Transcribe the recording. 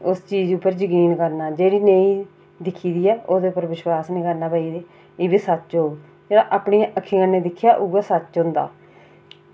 उस चीज़ पर जकीन करना जेह्ड़ी नेईं दिक्खी दी ऐ नुहाड़े पर विश्वास निं करना तां एह्बी सच्च होग जेह्ड़ा अपनी अक्खीं कन्नै दिक्खेआ ओह्बी सच्च होंदा